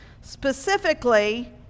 Specifically